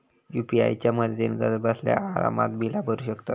UPI च्या मदतीन घरबसल्या आरामात बिला भरू शकतंस